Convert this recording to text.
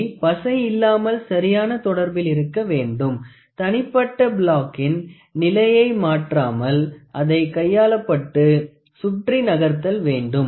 அவை பசை இல்லாமல் சரியான தொடர்பில் இருக்க வேண்டும் தனிப்பட்ட பிளாக்கின் நிலையை மாற்றாமல் அதை கையாளப்பட்டு சுற்றி நகர்த்தல் வேண்டும்